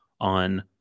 on